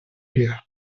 here